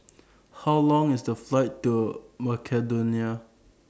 How Long IS The Flight to Macedonia